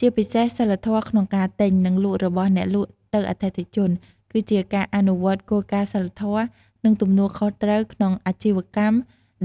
ជាពីសេសសីលធម៌ក្នុងការទិញ និងលក់របស់អ្នកលក់ទៅអតិថិជន គឺជាការអនុវត្តគោលការណ៍សីលធម៌ និងទំនួលខុសត្រូវក្នុងអាជីវកម្ម